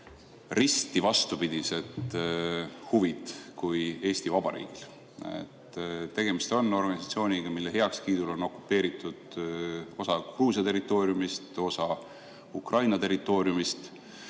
risti vastupidised huvid Eesti Vabariigi [huvidele]. Tegemist on organisatsiooniga, mille heakskiidul on okupeeritud osa Gruusia territooriumist, osa Ukraina territooriumist.